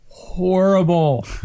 horrible